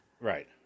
Right